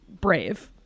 brave